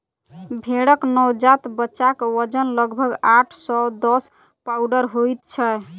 भेंड़क नवजात बच्चाक वजन लगभग आठ सॅ दस पाउण्ड होइत छै